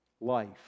Life